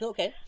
Okay